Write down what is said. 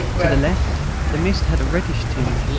to the left the mist had a reddish tinge.